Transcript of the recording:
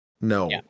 No